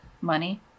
Money